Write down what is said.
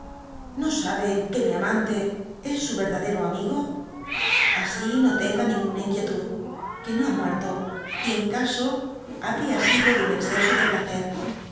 no sabe que mi amante es su verdadero amigo asi no tenga ninguna inquietud que no ha muerto y en caso habría sido de un exceso de placer